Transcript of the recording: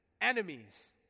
enemies